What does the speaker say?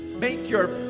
make your